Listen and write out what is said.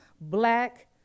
black